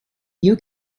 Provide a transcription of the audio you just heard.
you